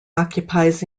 occupies